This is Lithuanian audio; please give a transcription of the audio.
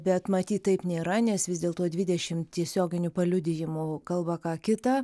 bet matyt taip nėra nes vis dėlto dvidešimt tiesioginių paliudijimų kalba ką kita